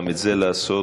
גם את זה לעשות,